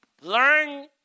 Learn